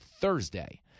Thursday